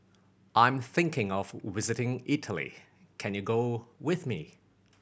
I'm thinking of visiting Italy can you go with me